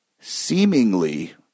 seemingly